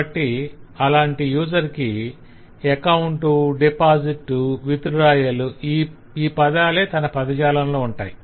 కాబట్టి అలాంటి యూసర్ కి అకౌంట్ డిపాజిట్ విత్ డ్రాయల్ ఈ పదాలే తన పదజాలంలో ఉంటాయి